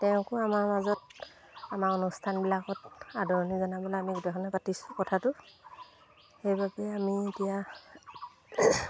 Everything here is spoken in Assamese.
তেওঁকো আমাৰ মাজত আমাৰ অনুষ্ঠানবিলাকত আদৰণি জনাবলৈ আমি গোটেইখনে পাতিছোঁ কথাটো সেইবাবে আমি এতিয়া